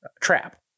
trap